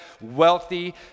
wealthy